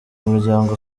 muryango